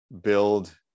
build